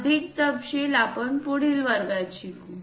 अधिक तपशील आपण पुढील वर्गात शिकू